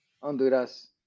Honduras